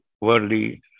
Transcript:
worldly